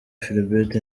philbert